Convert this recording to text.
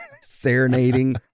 serenading